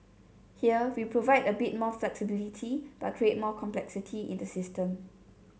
here we provide a bit more flexibility but create more complexity in the system